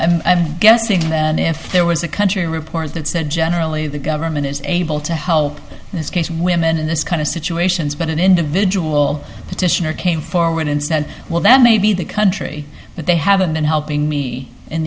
i'm guessing that if there was a country report that said generally the government is able to help in this case women in this kind of situations but an individual petitioner came forward and said well that may be the country that they haven't been helping me in